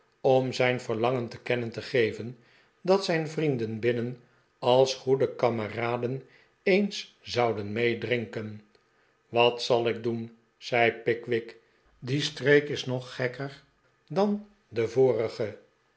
om zijn verlangen te kennen te geven dat zijn vrienden binnen als goede kameraden eens zouden meedrinken wat zal ik doen zei pickwick die streek is nog gekkerdan de vorige